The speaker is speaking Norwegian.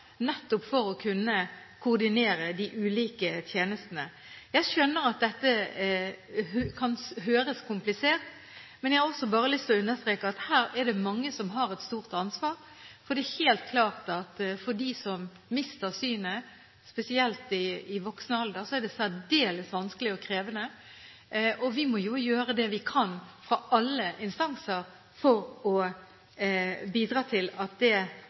nettopp for å kunne koordinere de ulike tjenestene. Jeg skjønner at dette kan høres komplisert ut, men jeg har også lyst til å understreke at her er det mange som har et stort ansvar. Det er helt klart at for dem som mister synet, spesielt i voksen alder, er dette særdeles vanskelig og krevende. Vi må jo gjøre det vi kan, fra alle instanser, for å bidra til en god rehabilitering, men samtidig må det skje gjennom den som har nøkkelen – og akkurat nå er det